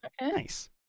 Nice